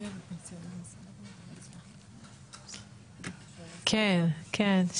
על